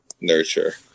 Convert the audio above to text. nurture